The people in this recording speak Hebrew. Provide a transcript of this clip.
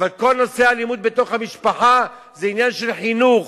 אבל כל נושא האלימות בתוך המשפחה זה עניין של חינוך,